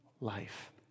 life